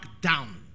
down